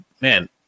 man